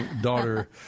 daughter